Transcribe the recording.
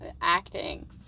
acting